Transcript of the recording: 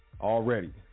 already